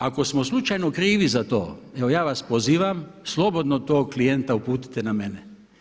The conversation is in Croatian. Ako smo slučajno krivi za to, evo ja vas pozivam, slobodno tog klijenta uputite na mene.